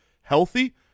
healthy